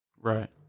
right